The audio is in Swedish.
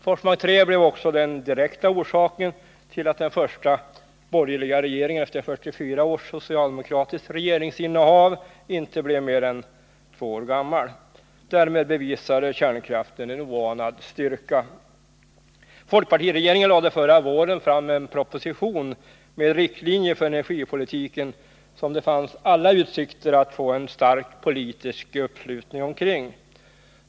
Forsmark 3 blev också den direkta orsaken till att den första borgerliga regeringen efter 44 års socialdemokratiskt regeringsinnehav inte blev mer än två år gammal. Därmed bevisade kärnkraften en oanad styrka. Folkpartiregeringen lade förra våren fram en proposition med riktlinjer för energipolitiken, som det fanns alla utsikter att få en stark politisk uppslutning omkring.